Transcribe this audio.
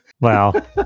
Wow